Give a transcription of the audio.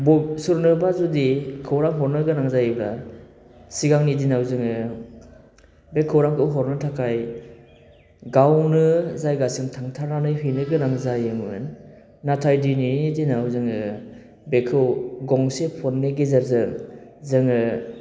बक सोरनोबा जुिद खौरां हरनो गोनां जायोब्ला सिगांनि दिनाव जोङो बे खौरांखौ हरनो थाखाय गावनो जायगासिम थांथारनानै हैनो गोनां जायोमोन नाथाइ दिनैनि दिनाव जोङो बेखौ गंसे फननि गेजेरजों जोङो